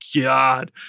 god